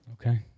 Okay